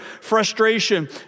frustration